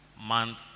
month